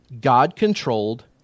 God-controlled